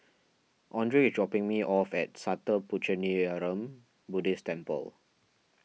andrae is dropping me off at Sattha Puchaniyaram Buddhist Temple